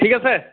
ঠিক আছে